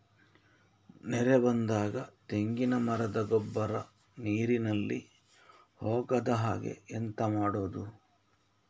ನೆರೆ ಬಂದಾಗ ತೆಂಗಿನ ಮರದ ಗೊಬ್ಬರ ನೀರಿನಲ್ಲಿ ಹೋಗದ ಹಾಗೆ ಎಂತ ಮಾಡೋದು?